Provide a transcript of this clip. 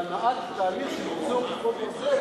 להנעת תהליך של ייצור "כיפת ברזל".